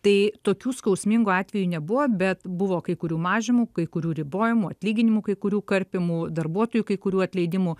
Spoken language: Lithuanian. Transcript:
tai tokių skausmingų atvejų nebuvo bet buvo kai kurių mažinimų kai kurių ribojimų atlyginimų kai kurių karpymų darbuotojų kai kurių atleidimų